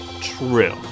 True